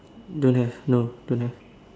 don't have no don't have